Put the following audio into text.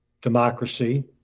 democracy